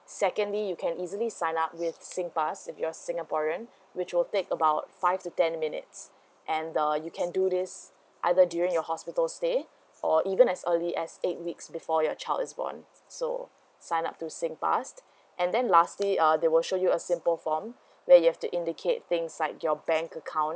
secondly you can easily sign up with singpass if you're singaporean which will take about five to ten minutes and uh you can do this either during your hospital stay or even as early as eight weeks before your child is born so sign up to singpass and then lastly uh they will show you a simple form where you have to indicate things like your bank account